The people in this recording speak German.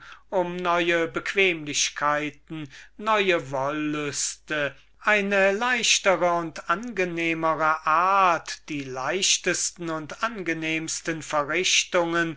um neue bequemlichkeiten neue wollüste eine leichtere und angenehmere art die leichtesten und angenehmsten verrichtungen